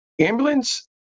Ambulance